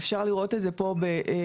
ואפשר לראות את זה פה בצבעים.